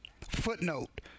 Footnote